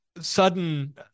sudden